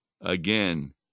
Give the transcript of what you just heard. again